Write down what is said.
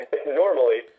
normally